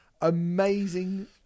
Amazing